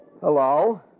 Hello